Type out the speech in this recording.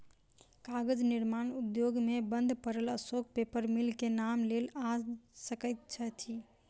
कागज निर्माण उद्योग मे बंद पड़ल अशोक पेपर मिल के नाम लेल जा सकैत अछि